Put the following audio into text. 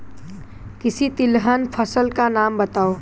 किसी तिलहन फसल का नाम बताओ